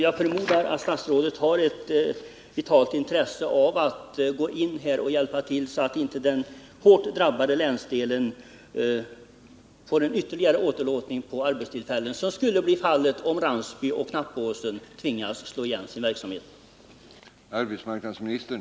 Jag förmodar att statsrådet har ett starkt intresse av att hjälpa till, så att inte den hårt drabbade länsdelen vidkänns en ytterligare åderlåtning på arbetstillfällen. Detta skulle ju bli fallet om Ransby och Knappåsen tvingades lägga ned verksamheten.